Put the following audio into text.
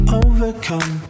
overcome